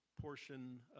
portion